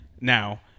now